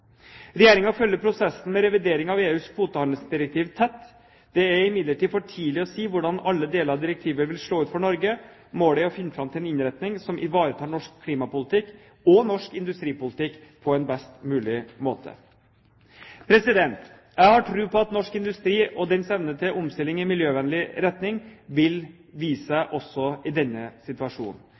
følger prosessen med revideringen av EUs kvotehandelsdirektiv tett. Det er imidlertid for tidlig å si hvordan alle deler av direktivet vil slå ut for Norge. Målet er å finne fram til en innretning som ivaretar norsk klimapolitikk og norsk industripolitikk på en best mulig måte. Jeg har tro på at norsk industri, og dens evne til omstilling i miljøvennlig retning vil vise seg også i denne situasjonen.